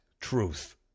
truth